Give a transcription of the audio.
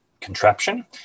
contraption